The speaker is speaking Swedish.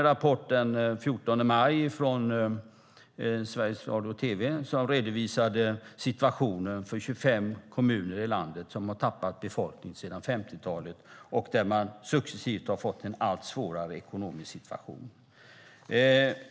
Den 14 maj kom en rapport från SVT som redovisade situationen för 25 kommuner i landet som har tappat befolkning sedan 50-talet och där man successivt har fått en allt svårare ekonomisk situation.